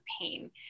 pain